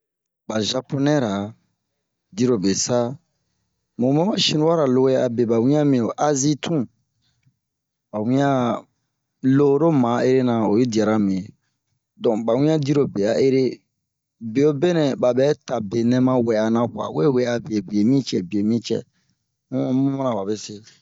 Ba Zaponɛra dirobe sa mu ma ba shiniwara lowɛ abe ba wian mi ho azi tun ba wian a loro ma ere na oyi diara me don ba wian dirobe a ere bewobe nɛ babɛ ta benɛ ma wɛ'a na kwa a we wɛ'a be biye mi cɛ biye mi cɛ mu mu mana babe se